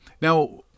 Now